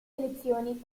selezioni